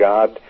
God